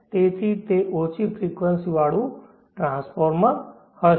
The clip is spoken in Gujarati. તેથી તે ઓછી ફ્રિકવંસી વાળું ટ્રાન્સફોર્મર હશે